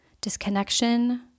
disconnection